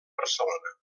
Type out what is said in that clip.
barcelona